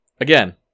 Again